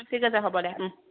ঠিক আছে হ'ব দে